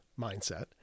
mindset